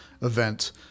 event